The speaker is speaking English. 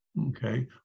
Okay